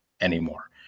anymore